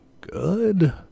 good